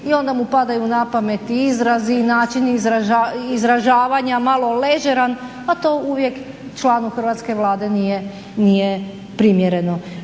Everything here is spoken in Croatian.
i onda mu padaju na pamet i izrazi i način izražavanja malo ležeran, a to uvijek članu hrvatske Vlade nije primjereno.